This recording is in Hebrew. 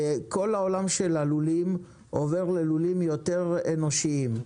כל העולם של הלולים עובר ללולים יותר אנושיים.